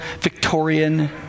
Victorian